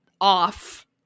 off